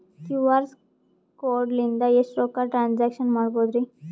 QR code ಲಿಂದ ಎಷ್ಟ ರೊಕ್ಕ ಟ್ರಾನ್ಸ್ಯಾಕ್ಷನ ಮಾಡ್ಬೋದ್ರಿ?